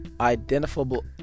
identifiable